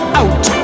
out